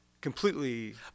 completely